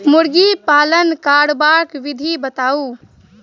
मुर्गी पालन करबाक विधि बताऊ?